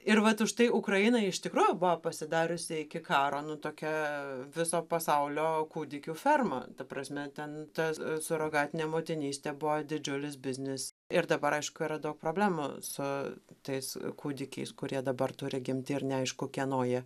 ir vat užtai ukraina iš tikrųjų buvo pasidariusi iki karo nu tokia viso pasaulio kūdikių ferma ta prasme ten tas surogatinė motinystė buvo didžiulis biznis ir dabar aišku yra daug problemų su tais kūdikiais kurie dabar turi gimti ir neaišku kieno jie